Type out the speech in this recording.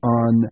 on